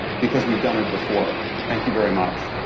because we've done it before. thank you very much.